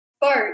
boat